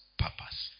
purpose